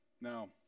Now